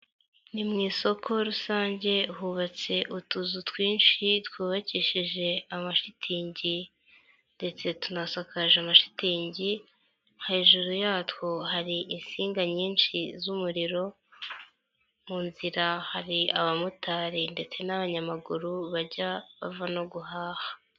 Ni mu isoko rusange hubatse utuzu twinshi twubakishije amashitingi ndetse tunasakaje ama shitingi, hejuru yatwo hari insinga nyinshi z'umuriro, mu inzira hari abamotari ndetse n'abanyamaguru bajya cyangwa bava guhaha.